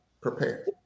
prepare